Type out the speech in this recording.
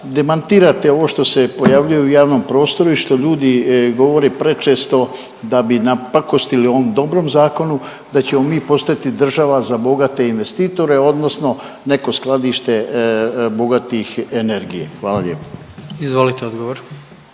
demantirate ovo što se pojavljuje u javnom prostoru i što ljudi govore prečesto da bi napakostili ovom dobrom zakonu da ćemo mi postojati država za bogate investitore odnosno neko skladište bogatih energije. Hvala lijepo. **Jandroković,